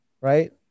right